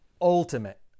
ultimate